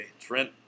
Trent